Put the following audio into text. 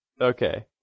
Okay